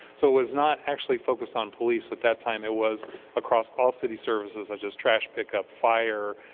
so it was not actually focused on police at that time. it was across all city services, such as trash pickup, fire,